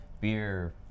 beer